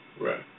Right